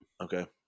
Okay